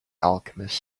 alchemist